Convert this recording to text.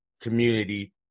community